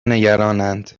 نگرانند